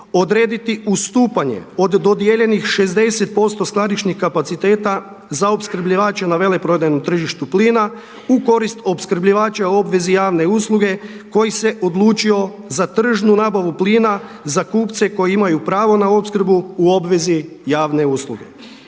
odrediti ustupanje od dodijeljenih 60% skladišnih kapaciteta za opskrbljivače na veleprodajnu tržištu plina u korist opskrbljivača u obvezi javne usluge koji se odlučio za tržnu nabavu plina za kupce koji imaju pravo na opskrbu u obvezi javne usluge.